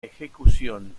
ejecución